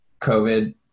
COVID